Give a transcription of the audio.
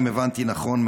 אם הבנתי נכון,